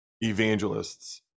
evangelists